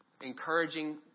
Encouraging